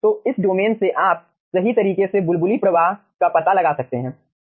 तो इस डोमेन से आप सही तरीके से बुलबुली प्रवाह का पता लगा सकते हैं